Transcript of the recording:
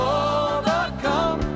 overcome